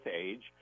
age